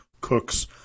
cooks